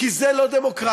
כי זה לא דמוקרטיה,